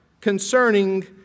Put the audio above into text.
concerning